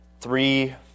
Three